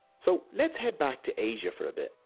so let's head back to asia for a bit.